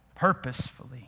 purposefully